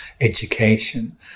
education